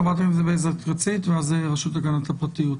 חברת הכנסת בזק ואז הרשות להגנת הפרטיות.